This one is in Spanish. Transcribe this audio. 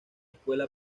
escuela